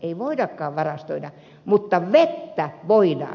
ei voidakaan varastoida mutta vettä voidaan